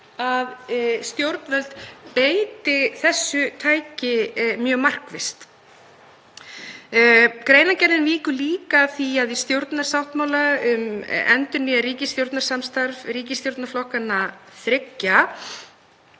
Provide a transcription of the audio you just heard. að stjórnvöld beiti þessu tæki mjög markvisst. Í greinargerðinni er líka vikið að því að í stjórnarsáttmála um endurnýjað ríkisstjórnarsamstarf ríkisstjórnarflokkanna þriggja